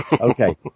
Okay